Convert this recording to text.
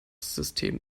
system